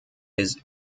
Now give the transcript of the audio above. his